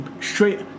straight